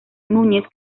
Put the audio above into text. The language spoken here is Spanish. núñez